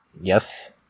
Yes